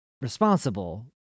responsible